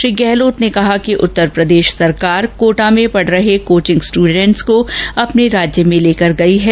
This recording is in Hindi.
श्री गहलोत ने कहा कि उत्तर प्रदेश सरकार कोटा में पढ़ रहे कोचिंग स्टूडेंट्स को अपने राज्य में लेकर गई है